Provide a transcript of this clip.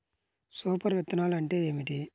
Super విత్తనాలు అంటే ఏమిటి?